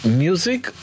music